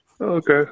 Okay